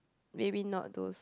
maybe not those